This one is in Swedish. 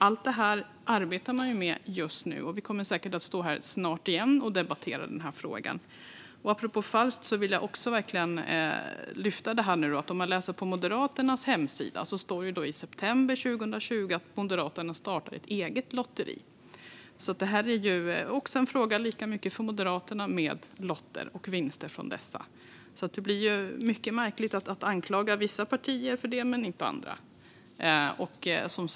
Allt detta arbetar man med just nu, och vi kommer säkert att stå här snart igen och debattera denna fråga. Apropå falskt vill jag också verkligen lyfta att det på Moderaternas hemsida står att Moderaterna i september 2020 startade ett eget lotteri. Detta med lotter och vinster från dem är alltså en fråga lika mycket för Moderaterna. Det blir mycket märkligt att anklaga vissa partier för detta men inte andra.